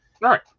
Right